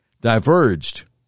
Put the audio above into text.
diverged